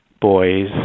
boys